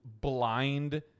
blind